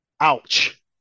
ouch